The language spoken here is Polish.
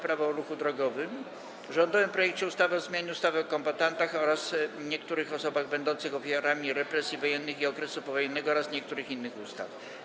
Prawo o ruchu drogowym, - rządowym projekcie ustawy o zmianie ustawy o kombatantach oraz niektórych osobach będących ofiarami represji wojennych i okresu powojennego oraz niektórych innych ustaw.